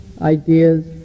ideas